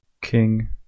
King